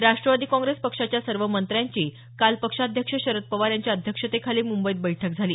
राष्ट्रवादी काँग्रेस पक्षाच्या सर्व मंत्र्यांची काल पक्षाध्यक्ष शरद पवार यांच्या अध्यक्षतेखाली मुंबईत बैठक झाली